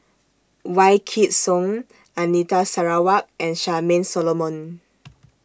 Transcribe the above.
Wykidd Song Anita Sarawak and Charmaine Solomon